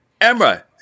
emma